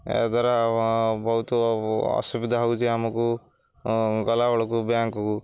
ଏହାଦ୍ୱାରା ବହୁତ ଅସୁବିଧା ହେଉଛି ଆମକୁ ଗଲାବେଳକୁ ବ୍ୟାଙ୍କକୁ